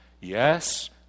Yes